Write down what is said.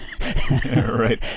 Right